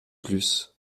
plus